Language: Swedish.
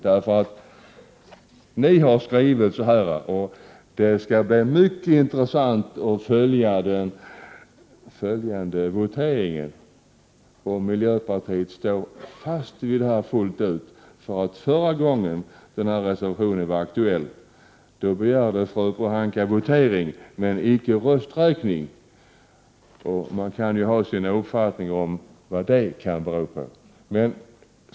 Miljöpartiet har framfört denna kritik, och det skall bli mycket intressant att se resultatet av den följande voteringen. Kommer miljöpartiet att stå fast vid detta fullt ut? Förra gången denna reservation var aktuell begärde fru Pohanka votering, men icke rösträkning. Man kan ha sina uppfattningar om vad det kan bero på.